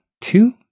two-